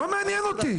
לא מעניין אותי.